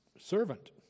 Servant